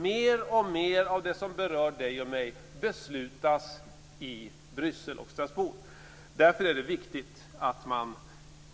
Mer och mer av det som berör dig och mig beslutas i Bryssel och Strasbourg. Därför är det viktigt att